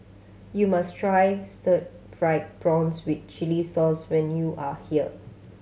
you must try stir fried prawns with chili sauce when you are here